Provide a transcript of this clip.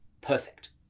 perfect